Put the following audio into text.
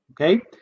okay